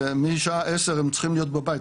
משעה עשר הם צריכים להיות בבית,